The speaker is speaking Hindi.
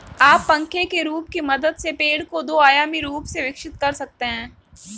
आप पंखे के रूप की मदद से पेड़ को दो आयामी रूप से विकसित कर सकते हैं